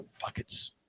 buckets